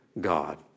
God